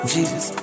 Jesus